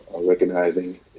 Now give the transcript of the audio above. recognizing